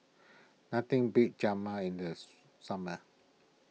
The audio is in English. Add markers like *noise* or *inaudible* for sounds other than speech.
nothing beats Rajma in the *unintelligible* summer